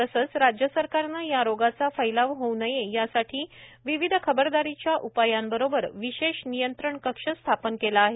तसेच राज्य सरकारने या रोगाचा फैलाव होऊ नये यासाठी विविध खबरदारीच्या उपायांबरोबर विशेष नियंत्रण कक्ष स्थापन केला आहे